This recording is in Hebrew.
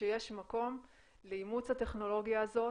שיש מקום לאימוץ הטכנולוגיה הזאת,